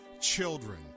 children